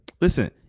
Listen